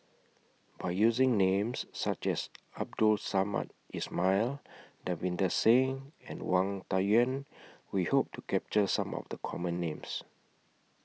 By using Names such as Abdul Samad Ismail Davinder Singh and Wang Dayuan We Hope to capture Some of The Common Names